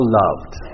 loved